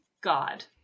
god